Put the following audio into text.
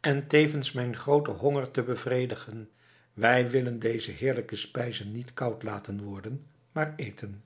en tevens mijn grooten honger te bevredigen wij willen deze heerlijke spijzen niet koud laten worden maar eten